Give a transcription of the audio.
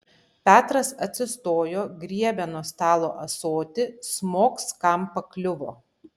petras atsistojo griebė nuo stalo ąsotį smogs kam pakliuvo